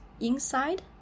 inside